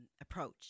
approach